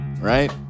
right